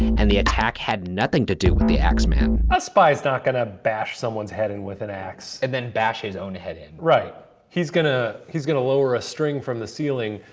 and the attack had nothing to do with the axeman. a spy's not gonna bash someone's head in with an axe. and then bash his own head in. right, he's gonna, he's gonna lower a string from the ceiling,